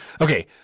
Okay